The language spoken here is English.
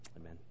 Amen